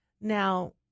Now